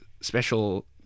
special